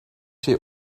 şey